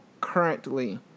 currently